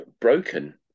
broken